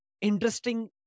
interesting